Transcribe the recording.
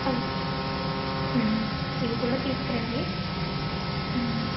ఇవి కూడా తీసుకురండి